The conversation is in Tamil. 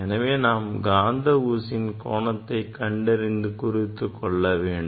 எனவே நாம் காந்த ஊசியின் கோணத்தை கண்டறிந்து கொள்ள வேண்டும்